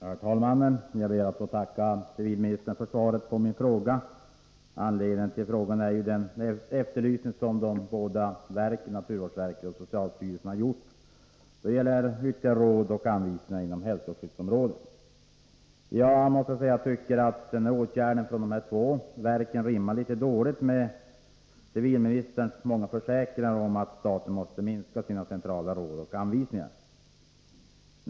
Herr talman! Jag ber att få tacka civilministern för svaret på min fråga. Anledningen till frågan är ju den efterlysning som de båda verken, naturvårdsverket och socialstyrelsen, har gjort då det gäller behovet av ytterligare råd och anvisningar inom hälsoskyddsområdet. Jag måste säga att jag tycker att denna åtgärd från dessa båda verk rimmar illa med civilministerns många försäkringar om att staten skall minska antalet centrala råd och anvisningar.